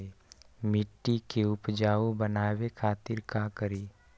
मिट्टी के उपजाऊ बनावे खातिर का करी?